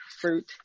fruit